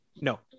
No